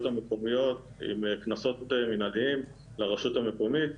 מקומיות עם קנסות מנהליים לרשות המקומית,